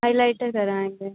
highlighter करवाएँगे